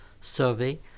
survey